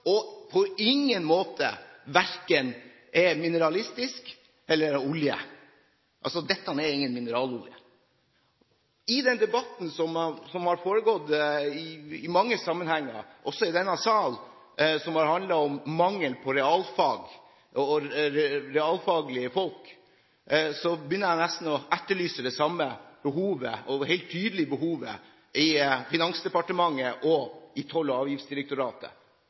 og på ingen måte verken er mineralsk eller olje – dette er ingen mineralolje. I den debatten som har foregått i mange sammenhenger, også i denne sal, som har handlet om mangel på realfag og realfagfolk, begynner jeg nesten å etterlyse det samme – og helt tydelige – behovet i Finansdepartementet og i Toll- og avgiftsdirektoratet.